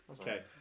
Okay